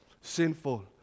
Sinful